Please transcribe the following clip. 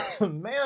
man